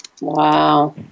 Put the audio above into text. Wow